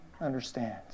understands